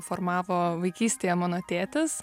formavo vaikystėje mano tėtis